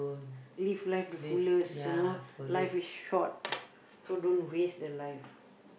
live life the fullest you know life is short so don't waste the life